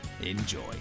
Enjoy